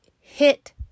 hit